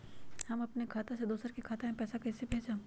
हम अपने खाता से दोसर के खाता में पैसा कइसे भेजबै?